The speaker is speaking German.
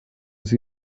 sie